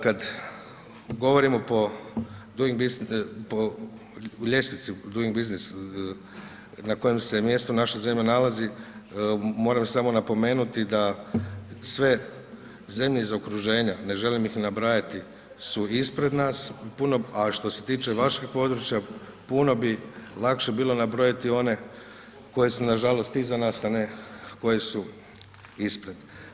Kad govorimo po ljestvici Doing Business na kojem se mjestu naša zemlja nalazi, moram samo napomenuti da sve zemlje iz okruženja, ne želim ih ni nabrajati su ispred nas, puno, a što se tiče vaših područja, puno bi lakše bilo nabrojati one koji su nažalost iza nas, a ne koji su ispred.